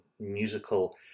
musical